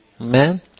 Amen